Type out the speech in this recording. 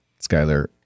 Skyler